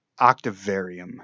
Octavarium